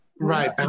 right